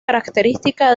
característica